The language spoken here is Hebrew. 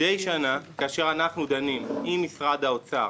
מדי שנה, כאשר אנחנו דנים עם משרד האוצר